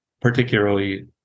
particularly